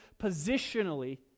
positionally